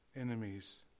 enemies